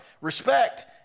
Respect